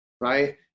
right